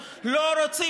ולכן,